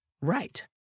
right